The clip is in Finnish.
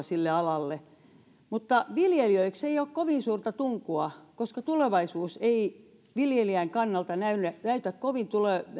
sille alalle on oikein tunkua mutta viljelijöiksi ei ole kovin suurta tunkua koska tulevaisuus ei viljelijän kannalta näytä kovin